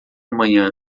manhã